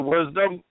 Wisdom